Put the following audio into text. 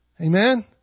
Amen